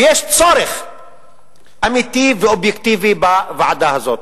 ויש צורך אמיתי ואובייקטיבי בוועדה הזאת.